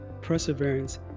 perseverance